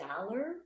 dollar